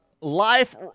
Life